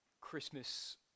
Christmas